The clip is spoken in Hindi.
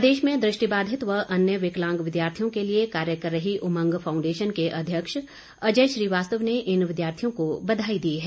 प्रदेश में दृष्टिबाधित व अन्य विकलांग विद्यार्थियों के लिए कार्य कर रही उमंग फाउंडेशन के अध्यक्ष अजय श्रीवास्तव ने इन विद्यार्थियों को बधाई दी है